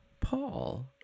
Paul